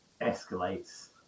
escalates